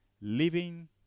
living